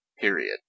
Period